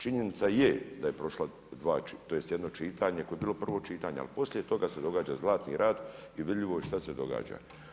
Činjenica je da je prošla 2, tj.1 čitanje, koje je bilo prvo čitanje, ali poslije toga se događa Zlatni rat i vidljivo je šta se događa.